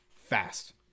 fast